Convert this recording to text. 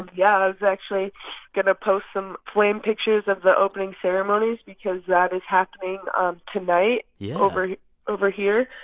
yeah, i was actually going to post some flame pictures of the opening ceremonies because that is happening um tonight yeah over over here.